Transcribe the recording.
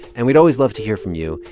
and we'd always love to hear from you.